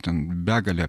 ten begalė